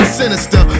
sinister